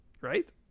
right